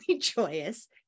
joyous